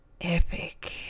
epic